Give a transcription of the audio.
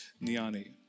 Niani